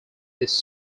this